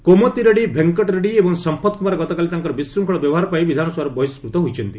କୋମତିରେଡ୍ଜୀ ଭେଙ୍କଟରେଡ୍ଜୀ ଏବଂ ସମ୍ପଥ କୁମାର ଗତକାଲି ତାଙ୍କର ବିଶୃଙ୍ଖଳ ବ୍ୟବହାରପାଇଁ ବିଧାନସଭାରୁ ବହିଷ୍କୃତ ହୋଇଛନ୍ତି